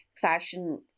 fashion